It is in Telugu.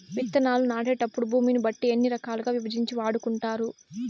విత్తనాలు నాటేటప్పుడు భూమిని బట్టి ఎన్ని రకాలుగా విభజించి వాడుకుంటారు?